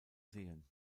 sehen